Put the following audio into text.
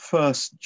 First